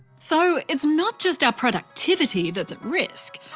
so, it's not just our productivity that's at risk.